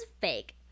Fake